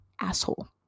Asshole